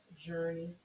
journey